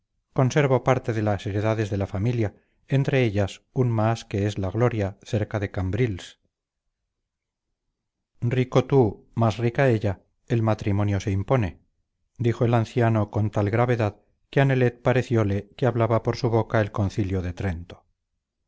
conservo parte de las heredades de la familia entre ellas un mas que es la gloria cerca de cambrils rico tú más rica ella el matrimonio se impone dijo el anciano con tal gravedad que a nelet pareciole que hablaba por su boca el concilio de trento